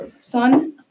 son